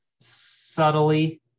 subtly